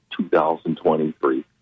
2023